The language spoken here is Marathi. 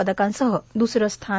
पदकांसह दुसरं स्थान